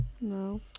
No